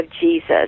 Jesus